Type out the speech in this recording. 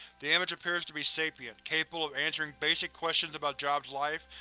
the image appears to be sapient, capable of answering basic questions about jobs' life,